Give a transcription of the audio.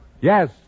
Yes